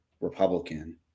Republican